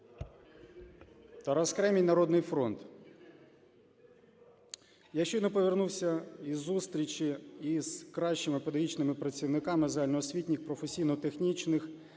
Тарас Кремінь, "Народний фронт". Я щойно повернувся з зустрічі із кращими педагогічними працівниками загальноосвітніх професійно-технічних